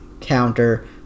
counter